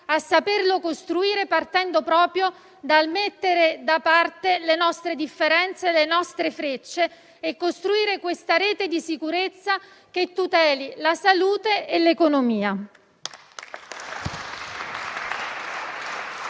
a saperlo costruire, partendo proprio dal mettere da parte le nostre differenze, le nostre frecce, e costruendo una rete di sicurezza che tuteli la salute e l'economia.